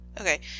Okay